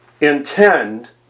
intend